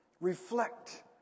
reflect